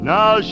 Now